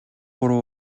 гурав